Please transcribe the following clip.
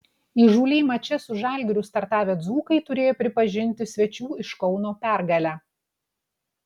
įžūliai mače su žalgiriu startavę dzūkai turėjo pripažinti svečių iš kauno pergalę